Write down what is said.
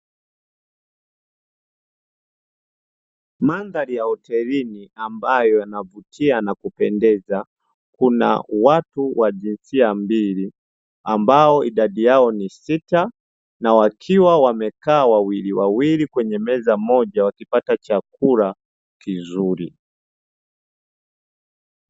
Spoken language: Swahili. Mandhari ya hotelini ambayo yanavutiana kupendeza kuna watu wa jinsia mbili, ambao idadi yao ni sita na wakiwa wamekaa wawiliwawili kwenye meza moja wakipata chakula kizuri.